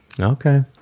Okay